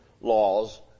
laws